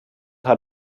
hat